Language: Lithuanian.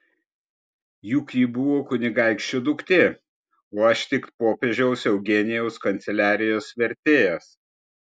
juk ji buvo kunigaikščio duktė o aš tik popiežiaus eugenijaus kanceliarijos vertėjas